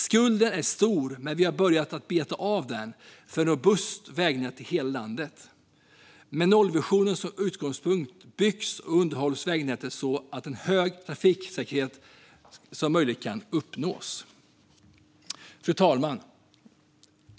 Skulden är stor, men nu börjar vi beta av den för att få ett robust vägnät i hela landet. Med nollvisionen som utgångspunkt byggs och underhålls vägnätet så att en så hög trafiksäkerhet som möjligt kan uppnås. Fru talman!